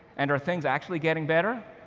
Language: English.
and, are things actually getting better?